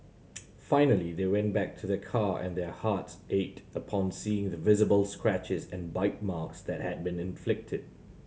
finally they went back to the car and their hearts ached upon seeing the visible scratches and bite marks that had been inflicted